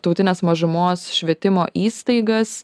tautinės mažumos švietimo įstaigas